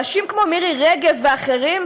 אנשים כמו מירי רגב ואחרים,